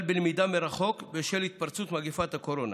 בלמידה מרחוק בשל התפרצות מגפת הקורונה.